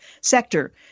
sector